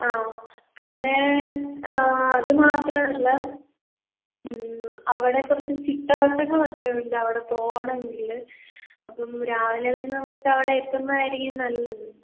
ആ പിന്നേ അത് മാത്രമല്ല അവിടെ കുറച്ച് ചിട്ട വട്ടങ്ങളൊക്കെയുണ്ട് അവിടെ പോകണമെങ്കിൽ അപ്പം രാവിലെ തന്നെ നമുക്ക് അവിടെ എത്തുന്നതായിരിക്കും നല്ലത്